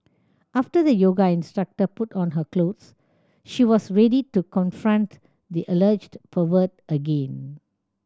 after the yoga instructor put on her clothes she was ready to confront the alleged pervert again